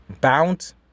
Bound